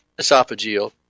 esophageal